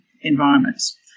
environments